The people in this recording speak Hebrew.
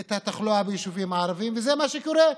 את התחלואה ביישובים הערביים, וזה מה שקורה.